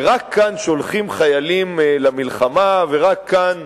שרק כאן שולחים חיילים למלחמה ורק כאן